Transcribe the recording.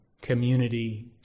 community